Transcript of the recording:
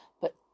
but